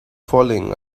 falling